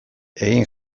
egin